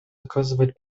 оказывает